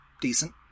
decent